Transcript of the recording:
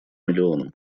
миллионам